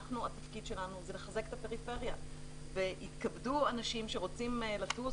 התפקיד שלנו הוא לחזק את הפריפריה ויתכבדו אנשים שרוצים לטוס